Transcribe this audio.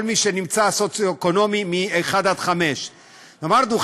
כל מי שנמצא במעמד סוציו-אקונומי מ-1 עד 5. אמרנו,